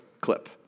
clip